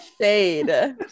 Shade